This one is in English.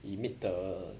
it made the